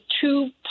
two